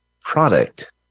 product